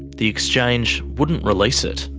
the exchange wouldn't release it.